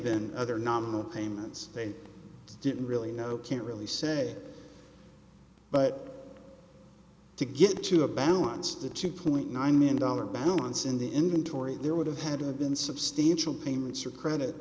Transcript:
been other nominal payments they didn't really know can't really say but to get to a balance the two point nine million dollars balance in the inventory there would have had to have been substantial payments or credit